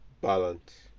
balance